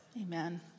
Amen